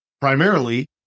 primarily